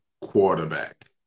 quarterback